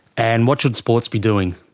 and what should sports be doing?